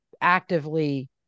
actively